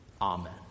Amen